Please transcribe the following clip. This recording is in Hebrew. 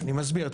אני מסביר,